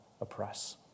oppress